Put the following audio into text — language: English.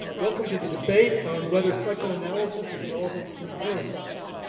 ah welcome to the debate on whether psychoanalysis is relevant to neuroscience!